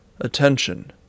attention